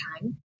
time